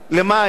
למים,